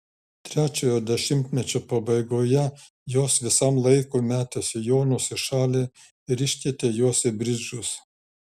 trečiojo dešimtmečio pabaigoje jos visam laikui metė sijonus į šalį ir iškeitė juos į bridžus